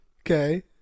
Okay